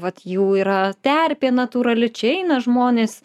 vat jų yra terpė natūrali čia eina žmonės